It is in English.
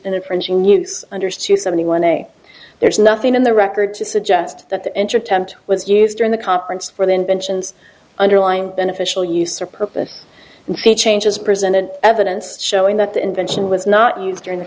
infringing use under suit seventy one day there's nothing in the record to suggest that enter attempt was used during the conference for the inventions underlying beneficial use or purpose and fee changes presented evidence showing that the invention was not used during the